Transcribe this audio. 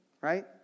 right